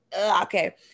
okay